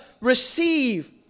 receive